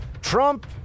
Trump